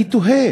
אני תוהה